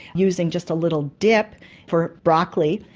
using just a little dip for broccoli,